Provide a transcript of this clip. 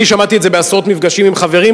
אני שמעתי את זה בעשרות מפגשים עם חברים,